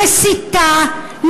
מסיתה,